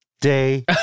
day